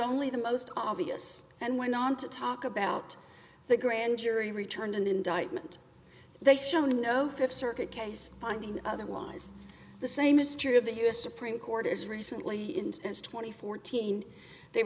only the most obvious and went on to talk about the grand jury returned an indictment they show no fifth circuit case finding otherwise the same is true of the u s supreme court as recently as two thousand and fourteen they